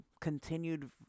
continued